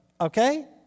Okay